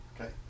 Okay